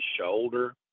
shoulder